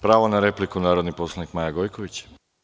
Pravo na repliku, narodni poslanik Maja Gojković.